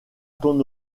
ton